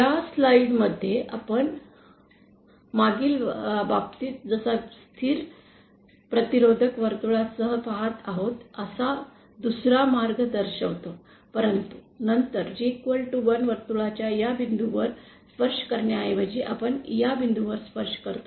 या स्लाइड मध्ये आपण मागील बाबतीत जसा स्थिर प्रतिरोधक वर्तुळासह पहात आहोत असा दुसरा मार्ग दर्शवतो परंतु नंतर G 1 वर्तुळाच्या या बिंदुवर स्पर्श करण्याऐवजी आपण या बिंदुवर स्पर्श करतो